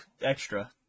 Extra